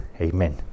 Amen